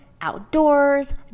outdoors